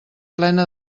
plena